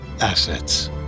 assets